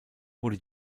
wurde